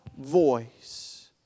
voice